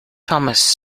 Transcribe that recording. thomas